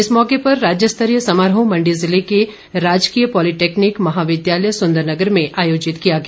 इस मौके पर राज्यस्तरीय समारोह मण्डी जिले के राजकीय पॉलीटेक्निक महाविद्यालय संदरनगर में आयोजित किया गया